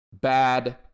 bad